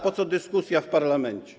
Po co dyskusja w parlamencie?